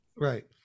Right